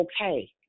okay